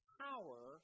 power